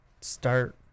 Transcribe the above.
start –